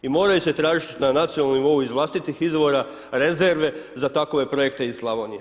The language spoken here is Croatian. I moraju se tražiti na nacionalnom nivou iz vlastitih izvora rezerve za takove projekte iz Slavonije.